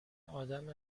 آدم